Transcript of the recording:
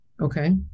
Okay